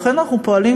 לכן אנחנו פועלים,